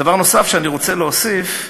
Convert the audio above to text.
דבר נוסף שאני רוצה להוסיף,